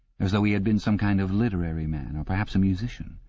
as though he had been some kind of literary man, or perhaps a musician.